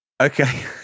Okay